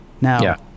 Now